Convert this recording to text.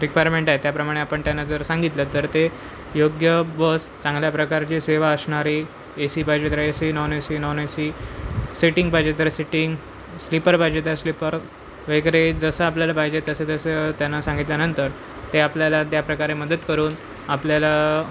requirement आहे त्याप्रमाणे आपण त्यांना जर सांगितलं तर ते योग्य बस चांगल्या प्रकारची सेवा असणारी ए सी पाहिजे तर A C non A C non A C sitting पाहिजे तर सिटिंग स्लिपर पाहिजे तर स्लिपर वगैरे जसं आपल्याला पाहिजे तसं तसं त्यांना सांगितल्यानंतर ते आपल्याला त्या प्रकारे मदत करून आपल्याला